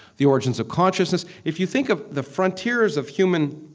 the origins of consciousness if you think of the frontiers of human